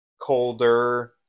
colder